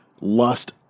lust